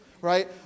right